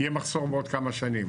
יהיה מחסור בעוד כמה שנים.